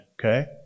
Okay